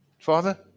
Father